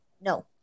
No